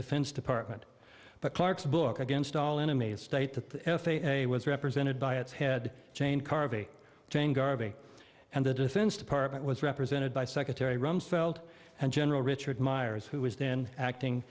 defense department but clarke's book against all enemies state that the f a a was represented by its head jane carvey jane garvey and the defense department was represented by secretary rumsfeld and general richard myers who was then acting